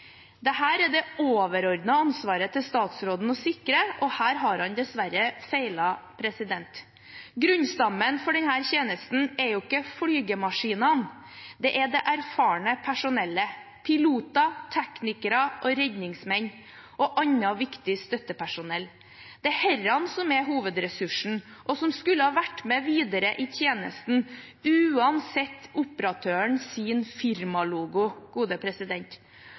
det statsråden som har det overordnete ansvaret for å sikre, og her har han dessverre feilet. Grunnstammen for denne tjenesten er jo ikke flymaskinene, det er det erfarne personellet: piloter, teknikere, redningsmenn og annet viktig støttepersonell. Det er dette som er hovedressursen, og som skulle ha vært med videre i tjenesten – uansett operatørens firmalogo. I dag får helseministeren en klar instruks fra Stortinget. Men gode